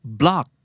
block